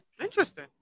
Interesting